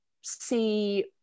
see